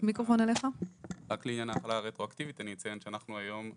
אציין שאנחנו היום בכמה?